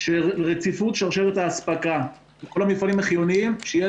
רציפות שרשרת האספקה כל המפעלים החיוניים שיהיה